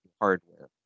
hardware